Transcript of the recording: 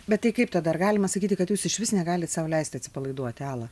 bet tai kaip tada ar galima sakyti kad jūs išvis negalite sau leisti atsipalaiduoti ala